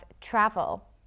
Travel